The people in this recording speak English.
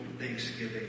thanksgiving